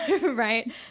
Right